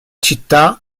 città